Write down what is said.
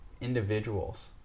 individuals